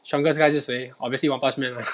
strongest guy 是谁 obviously one punch man lah